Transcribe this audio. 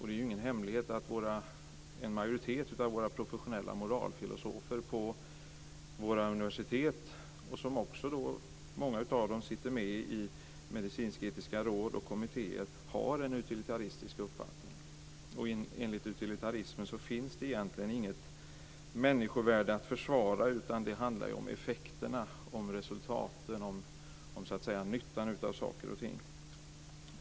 Det är ingen hemlighet att en majoritet av våra professionella moralfilosofer på universiteten, varav många också sitter med i medicinsketiska råd och kommittéer, har en utilitaristisk uppfattning. Enligt utilitarismen finns det egentligen inget människovärde att försvara, utan det handlar om effekterna, resultaten och nyttan av saker och ting.